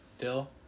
Dill